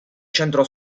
centro